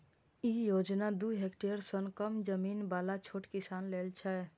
ई योजना दू हेक्टेअर सं कम जमीन बला छोट किसान लेल छै